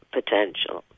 Potential